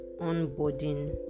onboarding